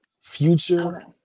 Future